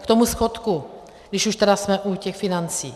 K tomu schodku, když už tedy jsme u těch financí.